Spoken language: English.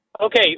Okay